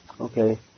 Okay